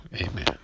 Amen